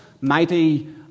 mighty